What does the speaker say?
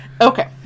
Okay